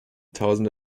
tausende